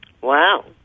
Wow